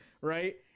right